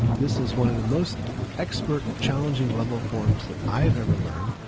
this is one of the most expert challenging level forms that i have ever learned.